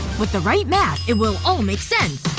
with the right math, it will all make sense